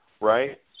right